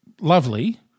Lovely